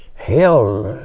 hell,